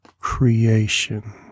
creation